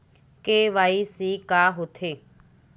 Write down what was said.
KYC का होथे?